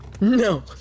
No